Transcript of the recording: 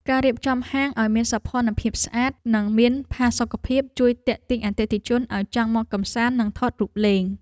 ការរៀបចំហាងឱ្យមានសោភ័ណភាពស្អាត និងមានផាសុកភាពជួយទាក់ទាញអតិថិជនឱ្យចង់មកកម្សាន្តនិងថតរូបលេង។